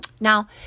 Now